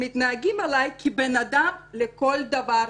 מתנהגים אליי כבן אדם לכל דבר,